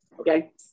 Okay